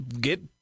get